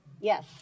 Yes